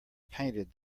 painted